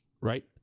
right